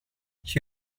she